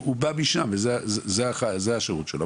הוא בא משם וזה השירות שלו,